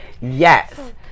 Yes